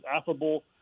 affable